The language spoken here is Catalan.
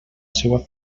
seua